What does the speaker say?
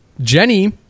Jenny